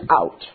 out